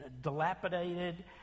dilapidated